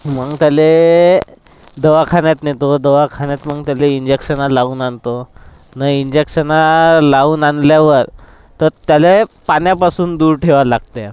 मग त्याले दवाखान्यात नेतो दवाखान्यात मग त्याला इंजेक्शनं लावून आणतो न इंजेक्शना लावून आणल्यावर तर त्याला पाण्यापासून दूर ठेवाय लागते